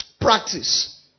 practice